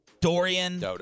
Dorian